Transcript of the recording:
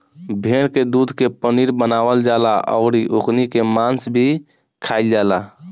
भेड़ के दूध के पनीर बनावल जाला अउरी ओकनी के मांस भी खाईल जाला